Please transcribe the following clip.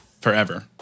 forever